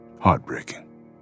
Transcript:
heartbreaking